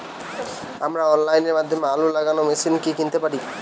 আমরা অনলাইনের মাধ্যমে আলু লাগানো মেশিন কি কিনতে পারি?